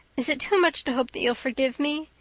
is it too much to hope that you'll forgive me?